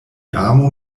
amu